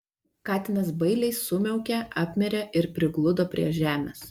katinas bailiai sumiaukė apmirė ir prigludo prie žemės